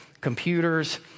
computers